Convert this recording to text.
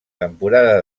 temporada